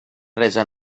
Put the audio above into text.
resa